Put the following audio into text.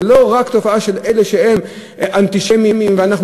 זה לא רק תופעה של אלה שהם אנטישמים ואנחנו